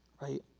Right